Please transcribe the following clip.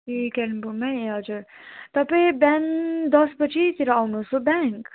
ए कालिम्पोङमै ए हजुर तपाईँ बिहान दस बजीतिर आउनुहोस् हो ब्याङ्क